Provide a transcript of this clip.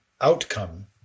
outcome